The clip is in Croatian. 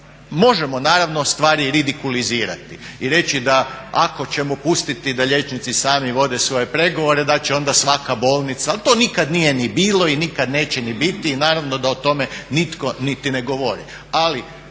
možemo naravno stvari ridikulizirati i reći da ako ćemo pustiti da liječnici sami vode svoje pregovore da će onda svaka bolnica, ali to nikad nije ni bilo i nikad neće ni biti. Naravno da o tome nitko niti ne govori.